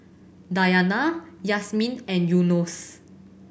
Dayana Yasmin and Yunos